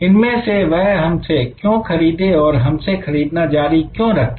इनमें से वह हमसे क्यों खरीदें और हमसे खरीदना जारी क्यों रखें